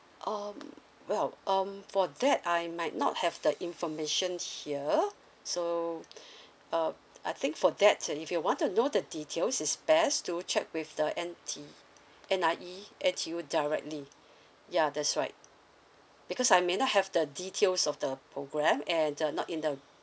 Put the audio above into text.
um well um for that I might not have the information here so uh I think for that uh if you want to know the details is best to check with the N_T~ N_I_E N_T_U directly ya that's right because I may not have the details of the programme and uh not in the